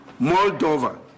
Moldova